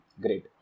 Great